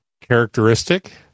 characteristic